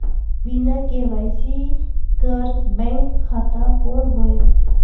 बिना के.वाई.सी कर बैंक खाता कौन होएल?